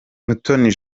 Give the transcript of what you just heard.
mutoni